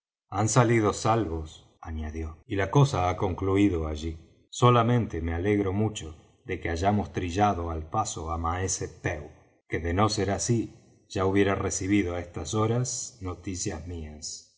han salido salvos añadió y la cosa ha concluido allí solamente me alegro mucho de que hayamos trillado al paso á maese pew que de no ser así ya hubiera recibido á estas horas noticias mías